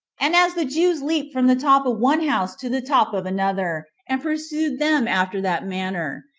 and as the jews leaped from the top of one house to the top of another, and pursued them after that manner,